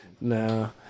No